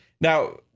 Now